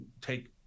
take